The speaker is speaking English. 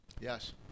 Yes